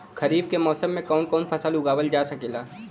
खरीफ के मौसम मे कवन कवन फसल उगावल जा सकेला?